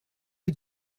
die